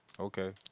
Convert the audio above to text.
Okay